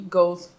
goes